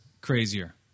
crazier